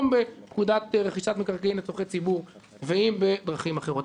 בפקודת רכישת מקרקעין לצורכי ציבור ואם בדרכים אחרות.